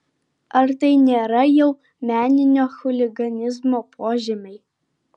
ar tai nėra jau meninio chuliganizmo požymiai